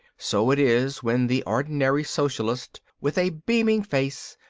so it is when the ordinary socialist, with a beaming face,